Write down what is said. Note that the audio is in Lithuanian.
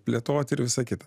plėtoti ir visa kita